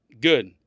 good